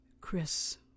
Chris